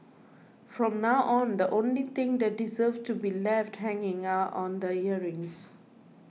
from now on the only thing that deserves to be left hanging out on the earrings